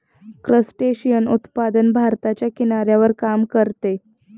crustacean उत्पादन भारताच्या किनाऱ्यावर काम करते